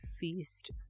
feast